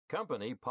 Company